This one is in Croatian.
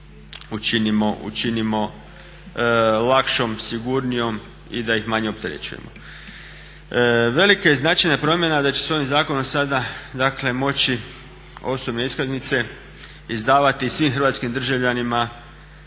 učinimo lakšom, sigurnijom i da ih manje opterećujemo. Velika je i značajna promjena da će se ovim zakonom sada moći osobne iskaznice izdavati svim hrvatskim državljanima